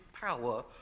power